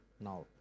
now